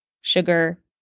sugar